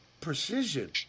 precision